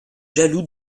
jaloux